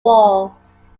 wars